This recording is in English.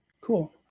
Cool